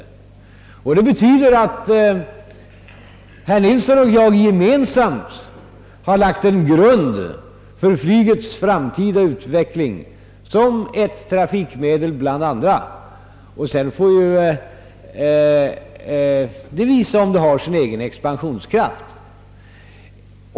Detta betyder att herr Nilsson och jag gemensamt har lagt en grund för flygets framtida utveckling som ett trafikmedel bland andra. Sedan får flyget visa om det har en egen expansionskraft.